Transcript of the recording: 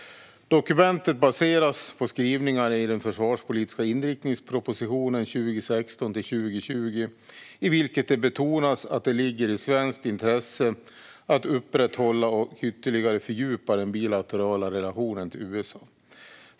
Dokumentet baserades på skrivningarna i den försvarspolitiska inriktningspropositionen 2016-2020, i vilken det betonas att det ligger i svenskt intresse att upprätthålla och ytterligare fördjupa den bilaterala relationen till USA.